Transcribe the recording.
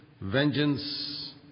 vengeance